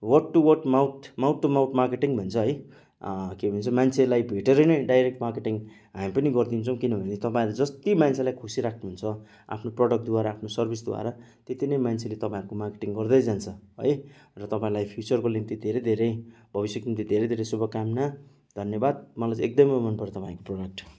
word to word mouth mouth to mouth marketing भन्छ है के भन्च मान्छेलाई भेटेर नै डाइरेक्ट मार्केटिङ हामी पनि गरिदिन्छौँ किनभने तपाईँहरू जति मान्छेलाई खुसी राख्नुहुन्छ आफ्नो प्रडक्टद्वारा आफ्नो सर्भिसद्वारा त्यति नै मान्छेले तपाईँहरूको मार्केटिङ गर्दै जान्छ है र तपाईँलाई फ्युचरको निम्ति धेरै धेरै भविष्यको निम्ति धेरै धेरै शुभकामना धन्यवाद मलाई चाहिँ एकदमै मनपऱ्यो तपाईँको प्रडक्ट